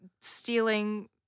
Stealing